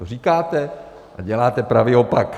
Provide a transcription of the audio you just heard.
To říkáte, a děláte pravý opak!